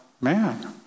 man